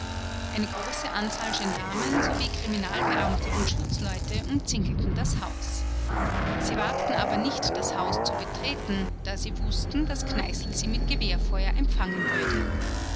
eine große anzahl gendarmen sowie kriminalbeamte und schutzleute umzingelten das haus sie wagten aber nicht das haus zu betreten da sie wußten daß kneißl sie mit gewehrfeuer empfangen würde